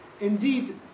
Indeed